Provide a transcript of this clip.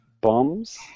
Bombs